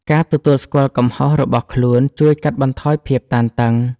ការទទួលស្គាល់កំហុសរបស់ខ្លួនជួយកាត់បន្ថយភាពតានតឹង។